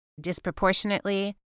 disproportionately